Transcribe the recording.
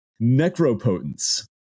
Necropotence